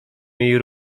jej